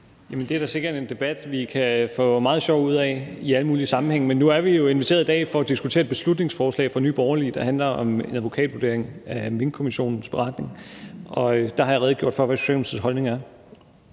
det er da sikkert en debat, vi kan få meget sjov ud af i alle mulige sammenhænge. Men nu er vi jo inviteret i dag for at diskutere et beslutningsforslag fra Nye Borgerlige, der handler om en advokatvurdering af Minkkommissionens beretning, og der har jeg redegjort for, hvad Socialdemokratiets holdning er.